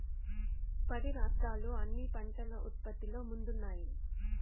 పది రాష్ట్రాలు అన్ని పంటల ఉత్పత్తిలో ముందున్నాయి